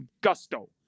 gusto